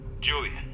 Julian